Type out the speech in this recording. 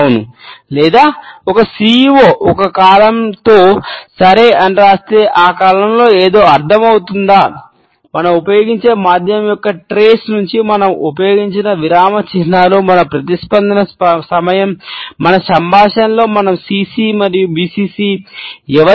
అవును లేదా ఒక సీఈఓ